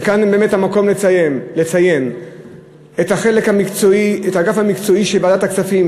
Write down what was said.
וזה המקום לציין את האגף המקצועי של ועדת הכספים,